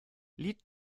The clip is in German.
lied